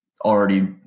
already